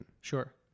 Sure